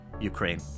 Ukraine